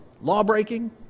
law-breaking